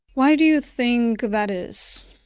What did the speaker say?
why do you think that is?